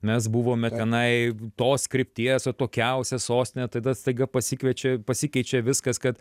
mes buvome tenai tos krypties atokiausia sostinė tada staiga pasikviečia pasikeičia viskas kad